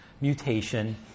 mutation